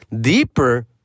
deeper